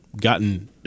gotten